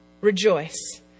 rejoice